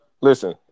listen